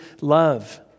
love